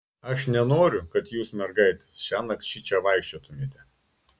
aš nenoriu kad jūs mergaitės šiąnakt šičia vaikščiotumėte